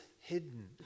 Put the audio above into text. hidden